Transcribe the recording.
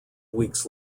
weeks